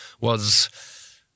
was